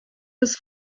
was